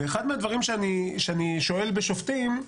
ואחד מהדברים שאני שואל בשופטים,